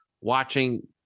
watching